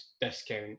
discount